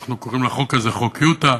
ואנחנו קוראים לחוק הזה "חוק יוטה"